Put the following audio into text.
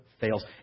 fails